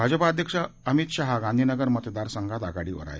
भाजपा अध्यक्ष अमित शहा गांधी नगर मतदारसंघात आघाडीवर आहेत